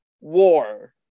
War